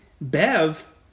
Bev